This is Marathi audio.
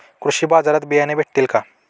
कृषी बाजारात बियाणे भेटतील का?